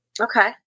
Okay